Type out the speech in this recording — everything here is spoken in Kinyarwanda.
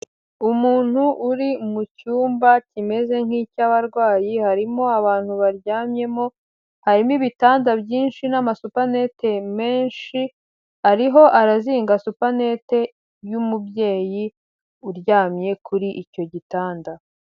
Umuntu uri mu cyumba kimeze nk'icy'abarwayi, harimo abantu baryamyemo, harimo ibitanda byinshi n'amasupanete menshi, ariho arazinga supenete y'umubyeyi uryamye kuri icyo gitanda.